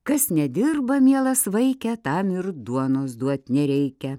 kas nedirba mielas vaike tam ir duonos duot nereikia